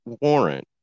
warrant